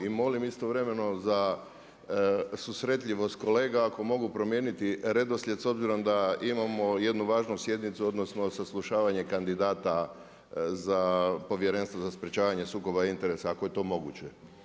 I molim istovremeno za susretljivost kolega ako mogu promijeniti redoslijed s obzirom da imamo jednu važnu sjednicu odnosno saslušavanje kandidata za Povjerenstvo za sprečavanje sukoba interesa ako je to moguće.